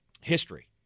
history